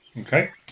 Okay